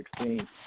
2016